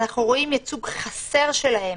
אנחנו רואים ייצוג חסר שלהם